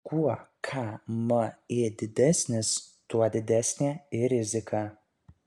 kuo kmi didesnis tuo didesnė ir rizika